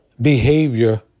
behavior